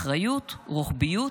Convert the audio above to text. אחריות, רוחביות